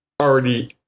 already